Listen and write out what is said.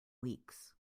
weeks